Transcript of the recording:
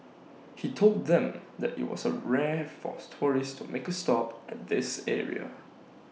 he told them that IT was A rare for tourists to make A stop at this area